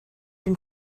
been